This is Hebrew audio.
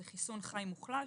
זה חיסון חי מוחלש,